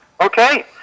Okay